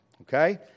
Okay